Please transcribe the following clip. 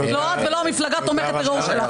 לא את ולא המפלגה תומכת הטרור שלך.